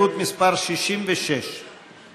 את, ההסתייגות (65)